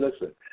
listen